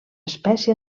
espècie